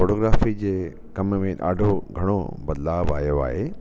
photography जे कम में ॾाढो घणो बदलाव आयो आहे